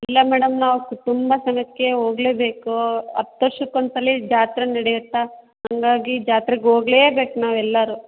ಇಲ್ಲ ಮೇಡಮ್ ನಾವು ಕುಟುಂಬ ಸ್ಥಳಕ್ಕೆ ಹೋಗ್ಲೇಬೇಕು ಹತ್ವರ್ಷಕ್ಕೆ ಒಂದ್ಸಲ ಜಾತ್ರೆ ನಡೆಯುತ್ತೆ ಹಂಗಾಗಿ ಜಾತ್ರೆಗೆ ಹೋಗ್ಲೇಬೇಕು ನಾವೆಲ್ಲರೂ